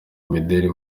imideli